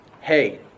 hey